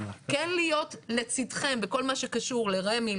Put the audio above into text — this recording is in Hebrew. כן להיות לצדכם בכל מה שקשור לרמ"י,